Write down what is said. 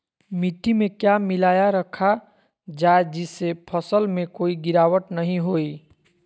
मिट्टी में क्या मिलाया रखा जाए जिससे फसल में कोई गिरावट नहीं होई?